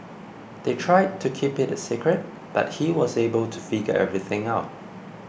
they tried to keep it a secret but he was able to figure everything out